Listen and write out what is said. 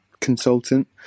consultant